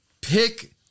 pick